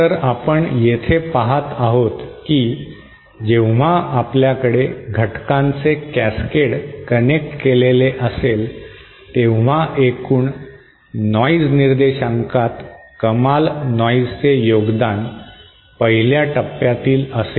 तर आपण येथे पहात आहोत की जेव्हा आपल्याकडे घटकांचे कॅसकेड कनेक्ट केलेले असेल तेव्हा एकूण नॉइज निर्देशांकात कमाल नॉइजचे योगदान पहिल्या टप्प्यातील असेल